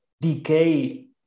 decay